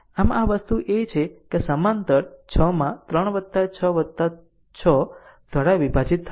આમ આ વસ્તુ એ છે કે જો સમાંતર 6 માં 3 6 6 દ્વારા વિભાજિત થાય છે